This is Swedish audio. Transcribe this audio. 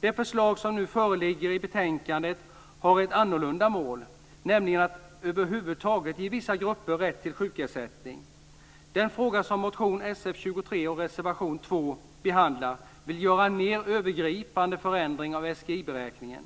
Det förslag som nu föreligger i betänkandet har ett annorlunda mål, nämligen att över huvud taget ge vissa grupper rätt till sjukersättning. Den fråga som motion Sf23 och reservation 2 behandlar vill göra en mer övergripande förändring av SGI-beräkningen.